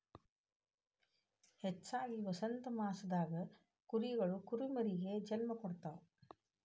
ಹೆಚ್ಚಾಗಿ ವಸಂತಮಾಸದಾಗ ಕುರಿಗಳು ಕುರಿಮರಿಗೆ ಜನ್ಮ ಕೊಡ್ತಾವ